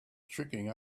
tricking